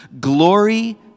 Glory